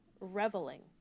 reveling